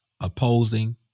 Opposing